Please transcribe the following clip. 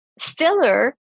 Filler